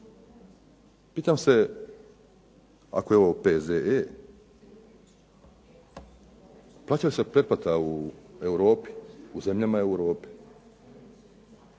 pitam se ako je ovo P.Z.E. plaća li se pretplata u Europi, u zemljama Europe?